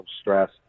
stress